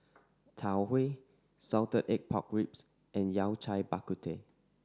Tau Huay salted egg pork ribs and Yao Cai Bak Kut Teh